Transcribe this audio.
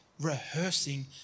rehearsing